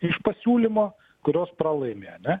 iš pasiūlymo kurios pralaimi ar ne